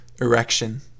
erection